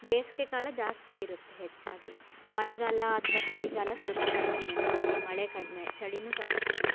ಬೇಸಿಗೆ ಕಾಲ ಜಾಸ್ತಿ ಇರುತ್ತೆ ಹೆಚ್ಚಾಗಿ ಮಳೆಗಾಲ ಅಥ್ವಾ ಚಳಿಗಾಲ ಸ್ವಲ್ಪ ಕಡಿಮೇನೇ ನಮ್ಮಲ್ಲಿ ಮಳೆ ಕಡಿಮೆ ಚಳಿನೂ ಸ್ವಲ್ಪ ಕಡಿಮೆ